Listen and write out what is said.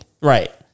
Right